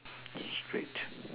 straight